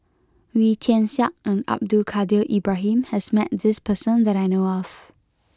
Wee Tian Siak and Abdul Kadir Ibrahim has met this person that I know of